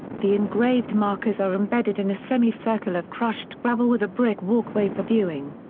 the engraved markers are embedded in a semicircle of crushed gravel with a brick walkway for viewing.